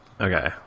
Okay